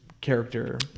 character